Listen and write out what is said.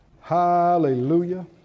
Hallelujah